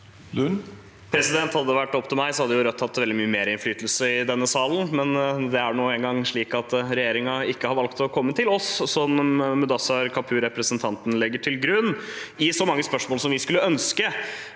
Lund (R) Hadde det vært opp til meg, hadde Rødt hatt veldig mye mer innflytelse i denne salen, men det er nå engang slik at regjeringen ikke har valgt å komme til oss, som representanten legger til grunn, i så mange spørsmål som vi skulle ønske.